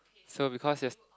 so because yester~